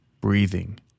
breathing